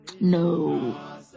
No